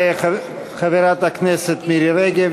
תודה לחברת הכנסת מירי רגב,